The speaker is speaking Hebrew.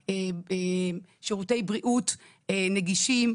מגיעים שירותי בריאות נגישים,